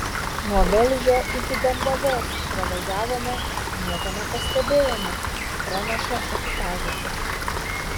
nuo velžio iki dembavos pravažiavome nieko nepastebėjome praneša ekipažas